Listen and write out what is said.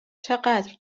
چقدر